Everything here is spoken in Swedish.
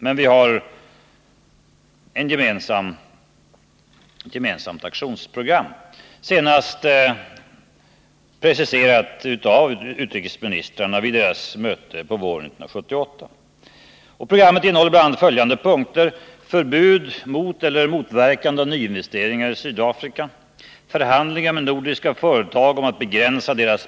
Men vi har ett gemensamt aktionsprogram, senast preciserat av utrikesministrarna vid deras möte på våren 1978.